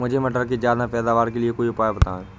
मुझे मटर के ज्यादा पैदावार के लिए कोई उपाय बताए?